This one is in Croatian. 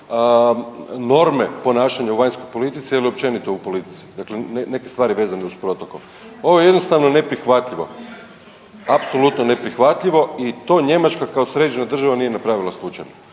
norme ponašanja u vanjskoj politici ili općenito u politici dakle, neke stvari vezano uz protokol. Ovo je jednostavno neprihvatljivo. Apsolutno neprihvatljivo i to Njemačka kao sređena država nije napravila slučajno.